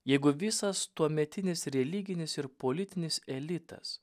jeigu visas tuometinis religinis ir politinis elitas